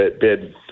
bid